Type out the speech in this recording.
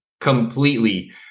completely